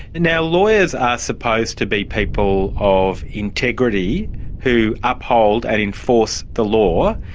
now, lawyers are supposed to be people of integrity who uphold and enforce the law.